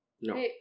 No